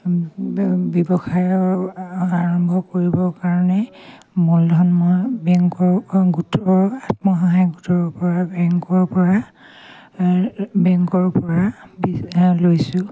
ব্যৱসায় আৰম্ভ কৰিবৰ কাৰণে মূলধন মই বেংকৰ গোটৰ আত্মসহায়ক গোটৰ পৰা বেংকৰ পৰা বেংকৰ পৰা লৈছোঁ